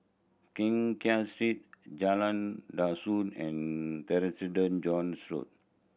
Keng Kiat Street Jalan Dusun and Road